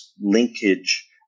linkage